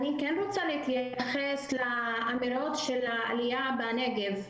אני כן רוצה להתייחס לאמירות לגבי העלייה בנגב.